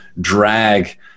drag